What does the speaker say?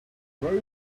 very